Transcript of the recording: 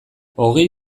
hogei